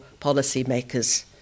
policymakers